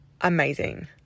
amazing